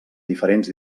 diferents